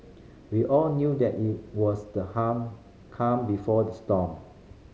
we all knew that it was the harm calm before the storm